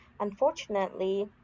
Unfortunately